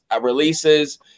releases